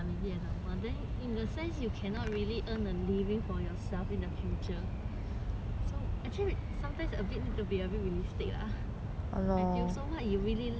really earn a living for yourself in the future so actually sometimes a bit need to be realistic lah I feel so what you really like or maybe some people